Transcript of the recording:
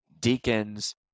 deacons